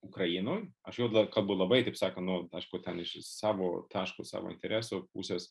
ukrainoje aš jau dabar kalbu labai taip sakant nu aišku ten iš savo taško savo interesų pusės